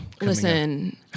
Listen